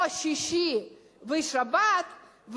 או שישי ושבת,